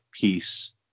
peace